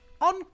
on